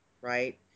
Right